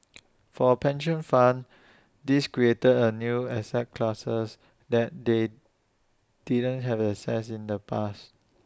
for A pension funds this creates A new asset class that they didn't have access in the past